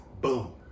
boom